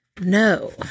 No